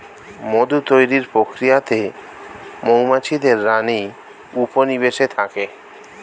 মধু তৈরির প্রক্রিয়াতে মৌমাছিদের রানী উপনিবেশে থাকে